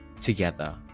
together